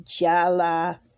Jala